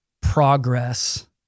progress